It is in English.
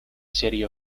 city